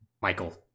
Michael